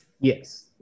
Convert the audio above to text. Yes